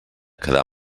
quedar